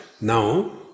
now